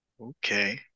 Okay